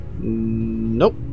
nope